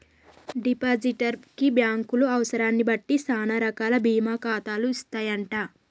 depositor కి బ్యాంకులు అవసరాన్ని బట్టి సానా రకాల బీమా ఖాతాలు ఇస్తాయంట